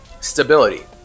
Stability